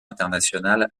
international